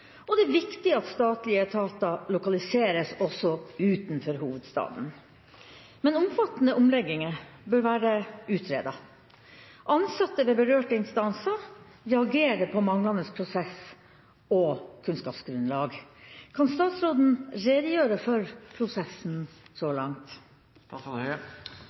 og det er viktig at statlige etater lokaliseres også utenfor hovedstaden. Men omfattende omlegginger bør være utredet. Ansatte ved berørte instanser reagerer på manglende prosess- og kunnskapsgrunnlag. Kan statsråden redegjøre for prosessen så langt?»